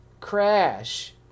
crash